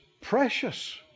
precious